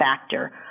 factor